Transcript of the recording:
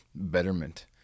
betterment